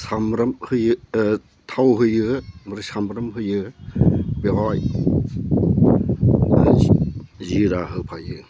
सामब्राम होयो थाव होयो ओमफ्राय सामब्राम होयो बेवहाय जिरा होफायो